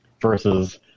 versus